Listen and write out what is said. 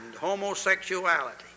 Homosexuality